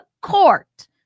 Court